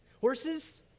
Horses